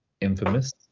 infamous